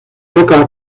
toca